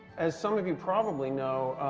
as some of you probably know,